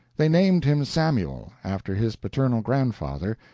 they named him samuel, after his paternal grandfather,